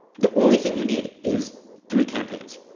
the only thing you need is three campaigns,